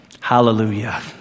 Hallelujah